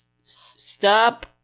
stop